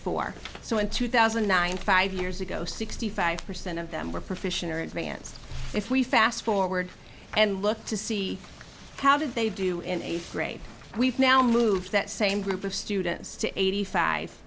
so in two thousand and nine five years ago sixty five percent of them were proficiency in advance if we fast forward and look to see how did they do in eighth grade we've now moved that same group of students to eighty five